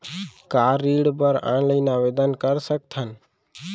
का ऋण बर ऑनलाइन आवेदन कर सकथन?